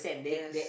yes